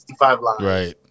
Right